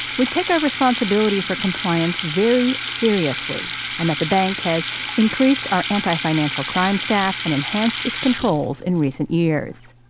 we take our responsibility for compliance very seriously and that the bank has increased our anti-financial-crime staff and enhanced its controls in recent years.